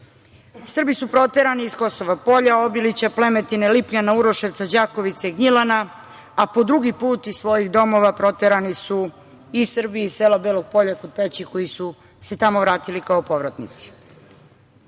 su proterani iz Kosova Polja, Obilića, Plemetine, Lipljana, Uroševca, Đakovice, Gnjilana, a po drugi put iz svojih domova proterani su i Srbi iz Bijelog Polja kod Peći koji su se tamo vratili kao povratnici,